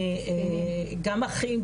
גם אחים,